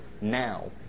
now